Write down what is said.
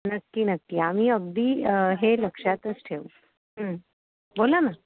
नक्की नक्की आम्ही अगदी हे लक्षातच ठेवू बोला ना